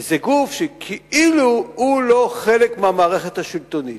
איזה גוף שכאילו הוא לא חלק מהמערכת השלטונית,